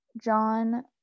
john